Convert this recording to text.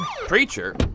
Preacher